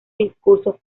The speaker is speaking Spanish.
discursos